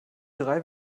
drei